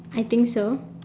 I think so